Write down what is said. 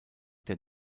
der